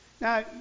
Now